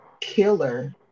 killer